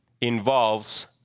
involves